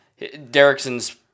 Derrickson's